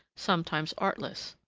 sometimes artless.